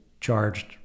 charged